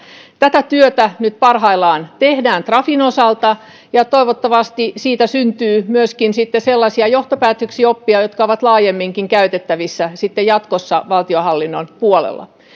tätä työtä nyt parhaillaan tehdään trafin osalta ja toivottavasti siitä syntyy myöskin sellaisia johtopäätöksiä ja oppeja jotka ovat laajemminkin käytettävissä jatkossa valtionhallinnon puolella